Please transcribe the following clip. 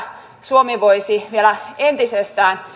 suomi voisi vielä entisestään